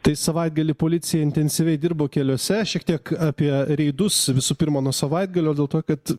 tai savaitgalį policija intensyviai dirbo keliuose šiek tiek apie reidus visų pirma nuo savaitgalio dėl to kad